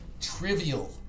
trivial